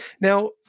now